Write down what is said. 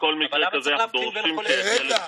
וזה מאפיין בולט ומדאיג בשוק העבודה בישראל,